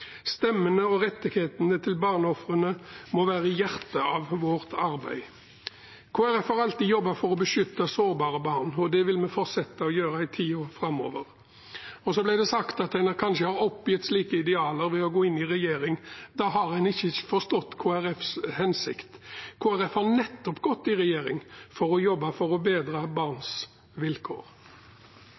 Stemmene og rettighetene til barneofrene må være i hjertet av vårt arbeid. Kristelig Folkeparti har alltid jobbet for å beskytte sårbare barn, og det vil vi fortsette å gjøre i tiden framover. Så ble det sagt at en kanskje har oppgitt slike idealer ved å gå inn i regjering. Da har en ikke forstått Kristelig Folkepartis hensikt. Kristelig Folkeparti har gått i regjering nettopp for å jobbe for å bedre barns vilkår.